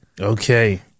Okay